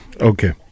Okay